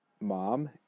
mom